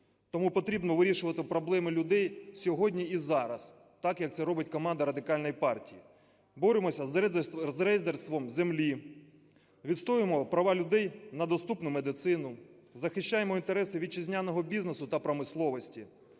тому потрібно вирішувати проблеми людей сьогодні і зараз, так як це робить команда Радикальної партії: боремося з рейдерством землі, відстоюємо права людей на доступну медицину, захищаємо інтереси вітчизняного бізнесу та промисловості,